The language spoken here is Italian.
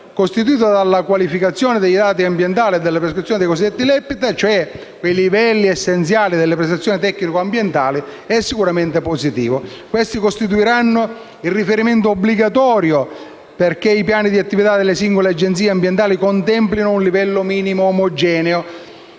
costituito dalla qualificazione dei dati ambientali e dalla previsione dei cosiddetti LEPTA, cioè i livelli essenziali delle prestazioni tecniche ambientali, è sicuramente positivo. Essi costituiranno il riferimento obbligatorio perché i piani di attività delle singole Agenzie ambientali contemplino un livello minimo omogeneo